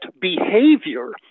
behavior